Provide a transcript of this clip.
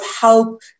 help